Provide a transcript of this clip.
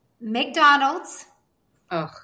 McDonald's